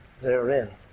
therein